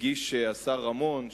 הגיש השר רמון,